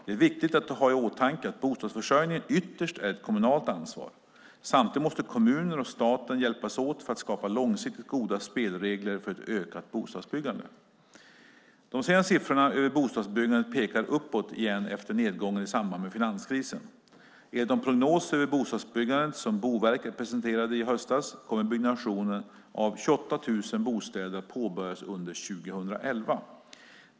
Det är viktigt att ha i åtanke att bostadsförsörjningen ytterst är ett kommunalt ansvar. Samtidigt måste kommuner och staten hjälpas åt för att skapa långsiktigt goda spelregler för ett ökat bostadsbyggande. De senaste siffrorna över bostadsbyggandet pekar uppåt igen efter nedgången i samband med finanskrisen. Enligt de prognoser över bostadsbyggandet som Boverket presenterade i höstas kommer byggnation av 28 000 bostäder att påbörjas under 2011.